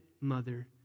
mother